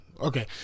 Okay